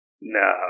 No